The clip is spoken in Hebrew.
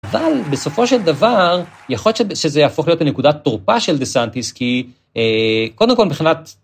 אבל בסופו של דבר יכול להיות שזה יהפוך להיות נקודת תרופה של דה סנטיס כי א... קודם כל מבחינת...